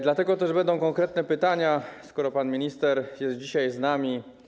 Dlatego też będą konkretne pytania, skoro pan minister jest dzisiaj z nami.